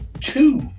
Two